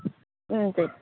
ம் சரி